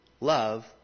Love